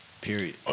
Period